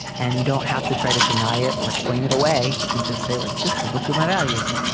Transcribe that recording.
and you don't have to try to deny it or explain it away. you can just say like this conflicts with my values.